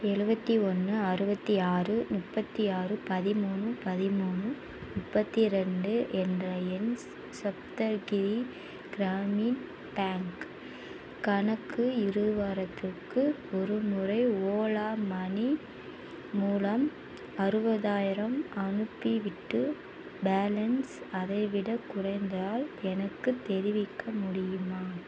எழுவத்தி ஒன்று அறுபத்தி ஆறு முப்பத்தி ஆறு பதிமூணு பதிமூணு முப்பத்தி ரெண்டு என்ற என் சப்தகிரி கிராமின் பேங்க் கணக்கு இரு வாரத்திற்கு ஒருமுறை ஓலா மனி மூலம் அறுபதாயிரம் அனுப்பிவிட்டு பேலன்ஸ் அதைவிடக் குறைந்தால் எனக்குத் தெரிவிக்க முடியுமா